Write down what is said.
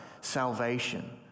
salvation